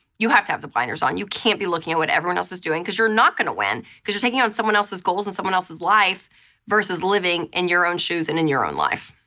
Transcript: you have to have the blinders on. you can't be looking at what everyone else is doing because you're not gonna win because you're taking on someone else's goals and someone else's life versus living in your own shoes and in your own life.